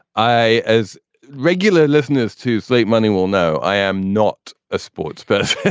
i, as regular listeners to state money, will know. i am not a sports person.